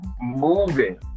moving